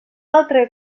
altre